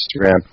Instagram